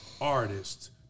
Artists